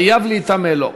חייב להיטמא לו.